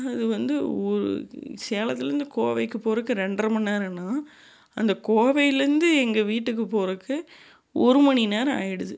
அது வந்து ஒரு சேலத்துலேருந்து கோவைக்கு போகிறக்கு ரெண்ட்ரை மணி நேரம்னா அந்த கோவைலேருந்து எங்க வீட்டுக்கு போகிறக்கு ஒருமணி நேரம் ஆகிடுது